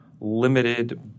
limited